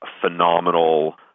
phenomenal